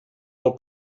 del